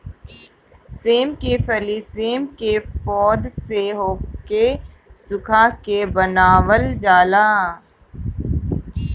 सेम के फली सेम के पौध से ओके सुखा के बनावल जाला